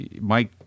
Mike